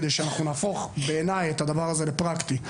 כדי שאנחנו נהפוך בעיני את הדבר הזה לפרקטי.